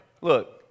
Look